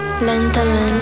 Lentamente